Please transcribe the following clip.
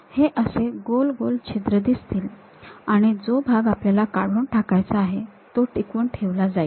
हे असे गोल गोल छिद्र दिसतील आणि जो भाग आपल्याला काढून टाकायचा आहे तो टिकवून ठेवला जाईल